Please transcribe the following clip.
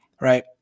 right